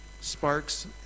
sparks